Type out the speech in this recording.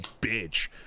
bitch